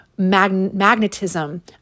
magnetism